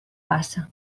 bassa